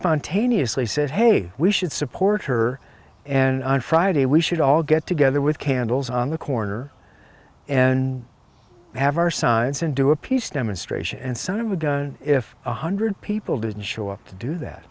spontaneously said hey we should support her and on friday we should all get together with candles on the corner and have our sides and do a peace demonstration and son of a gun if one hundred people didn't show up to do that